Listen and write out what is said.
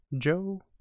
joe